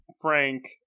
frank